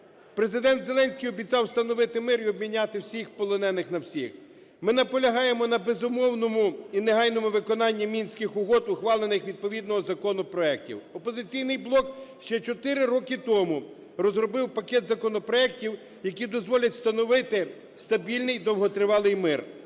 Президент Зеленський обіцяв встановити мир і обміняти всіх полонених на всіх. Ми наполягаємо на безумовному і негайному виконанні Мінських угод, ухвалення відповідно законопроектів. "Опозиційний блок" ще 4 роки тому розробив пакет законопроектів, які дозволять встановити стабільний довготривалий мир,